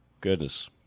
Goodness